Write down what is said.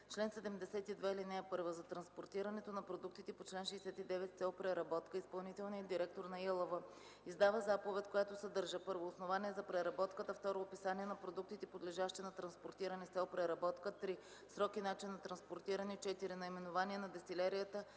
„Чл. 72. (1) За транспортирането на продуктите по чл. 69 с цел преработка изпълнителният директор на ИАЛВ издава заповед, която съдържа: 1. основание за преработката; 2. описание на продуктите, подлежащи на транспортиране с цел преработка; 3. срок и начин на транспортиране; 4. наименование на дестилерията